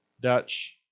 Dutch